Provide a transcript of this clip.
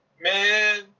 Man